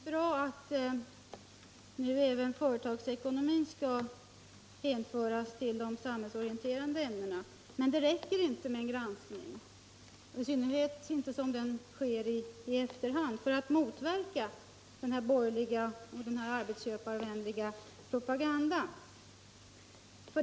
Herr talman! Det är bra att nu även företagsekonomi skall hänföras till de samhällsorienterande ämnena — men det räcker inte med en granskning, i synnerhet inte som den sker i efterhand, för att motverka den borgerliga och den arbetsköparvänliga propagandan.